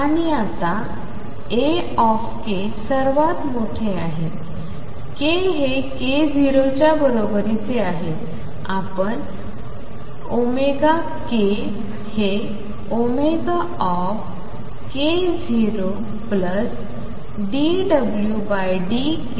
आणि आताA सर्वात मोठे आहे k हे k0 च्या बरोबरीचे आहे